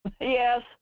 Yes